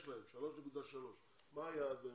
אה, יש להם 3.3%. מה היעד באמת?